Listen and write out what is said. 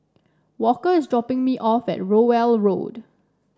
walker is dropping me off at Rowell Road